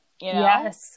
yes